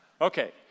Okay